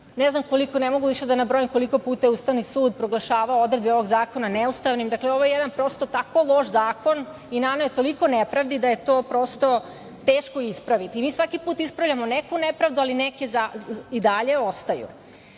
ne znam koliko puta je, ne mogu više da nabrojim, Ustavni sud proglašavao odredbe ovog zakona neustavnim, dakle, ovo je jedan prosto tako loš zakon i naneo je toliko nepravdi da je to teško ispraviti. Mi svaki put ispravimo neku nepravdu, ali neke i dalje ostaju. Ja